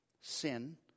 Sin